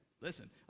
listen